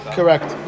Correct